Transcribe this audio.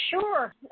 Sure